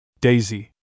Daisy